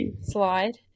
slide